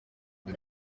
the